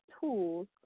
tools